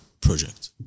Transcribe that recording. project